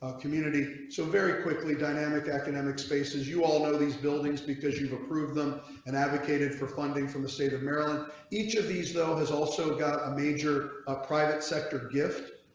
ah community. so very quickly dynamic academic spaces you all know these buildings because you have approved them and advocated for funding from the state of maryland each of these though, he's also got a major a private sector gift.